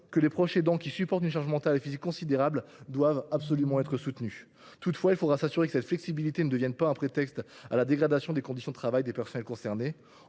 que les proches aidants, sur lesquels pèse une charge mentale et physique considérable, doivent absolument être soutenus. Toutefois, il faudra s’assurer que cette flexibilité ne devienne pas un prétexte à la dégradation des conditions de travail des personnels concernés.